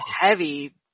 heavy